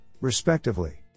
respectively